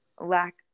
lack